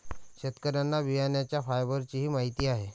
शेतकऱ्यांना बियाण्यांच्या फायबरचीही माहिती आहे